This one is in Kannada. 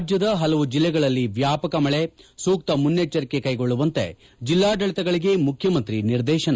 ರಾಜ್ಜದ ಹಲವು ಜಿಲ್ಲೆಗಳಲ್ಲಿ ವ್ಯಾಪಕ ಮಳೆ ಸೂಕ್ತ ಮುನ್ನೆಜ್ಜರಿಕೆ ಕೈಗೊಳ್ಳುವಂತೆ ಜಿಲ್ಲಾಡಳಿತಗಳಿಗೆ ಮುಖ್ಚಮಂತ್ರಿ ನಿರ್ದೇಶನ